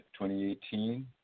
2018